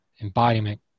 embodiment